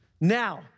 Now